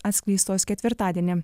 atskleistos ketvirtadienį